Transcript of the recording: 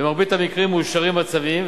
במרבית המקרים מאושרים הצווים,